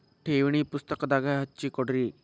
ಠೇವಣಿ ಪುಸ್ತಕದಾಗ ಹಚ್ಚಿ ಕೊಡ್ರಿ